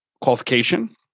qualification